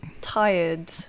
tired